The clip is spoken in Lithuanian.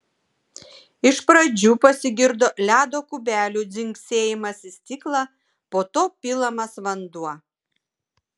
iš pradžių pasigirdo ledo kubelių dzingsėjimas į stiklą po to pilamas vanduo